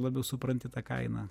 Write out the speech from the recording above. labiau supranti tą kainą